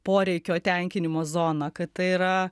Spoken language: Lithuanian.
poreikio tenkinimo zona kad tai yra